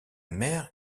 mère